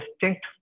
distinct